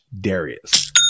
Darius